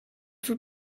for